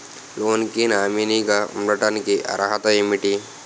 Loan కి nominee గా ఉండటానికి అర్హత ఏమిటి?